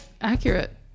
Accurate